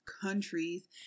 countries